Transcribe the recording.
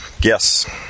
yes